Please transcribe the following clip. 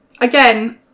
Again